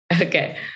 Okay